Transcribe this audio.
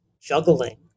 juggling